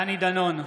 דני דנון,